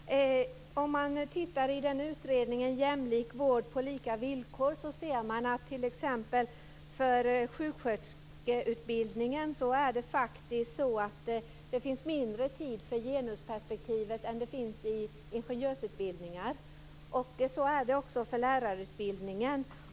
Fru talman! Om man tittar i utredningen Jämställd vård - olika vård på lika villkor ser man att det i sjuksköterskeutbildningen ges mindre tid för genusperspektivet än vad det gör i ingenjörsutbildningar. Så är det också för lärarutbildningen.